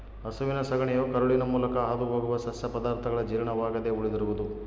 ಹಸುವಿನ ಸಗಣಿಯು ಕರುಳಿನ ಮೂಲಕ ಹಾದುಹೋಗುವ ಸಸ್ಯ ಪದಾರ್ಥಗಳ ಜೀರ್ಣವಾಗದೆ ಉಳಿದಿರುವುದು